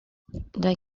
they